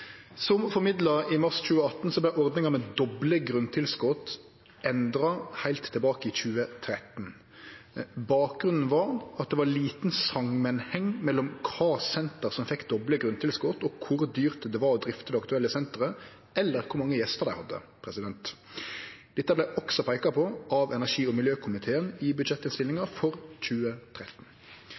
Som formidla i mars 2018 vart ordninga med doble grunntilskot endra heilt tilbake i 2013. Bakgrunnen var at det var liten samanheng mellom kva senter som fekk doble grunntilskot, og kor dyrt det var å drifte det aktuelle senteret – eller kor mange gjester dei hadde. Dette vart også peika på av energi- og miljøkomiteen i budsjettinnstillinga for 2013.